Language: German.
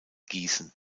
gießen